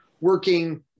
working